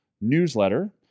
newsletter